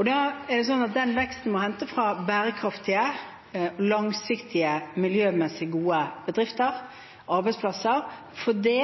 Da må den veksten hentes fra bærekraftige, langsiktige, miljømessig gode bedrifter – arbeidsplasser – fordi